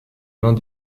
mains